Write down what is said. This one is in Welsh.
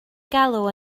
galw